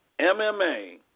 MMA